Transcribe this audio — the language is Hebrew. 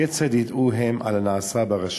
כיצד ידעו הם על הנעשה ברשות?